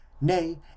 nay